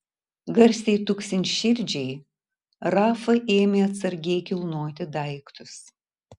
garsiai tuksint širdžiai rafa ėmė atsargiai kilnoti daiktus